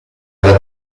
alla